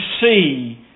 see